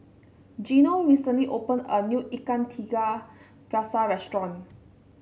Gino recently opened a new Ikan Tiga Rasa restaurant